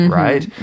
right